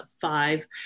five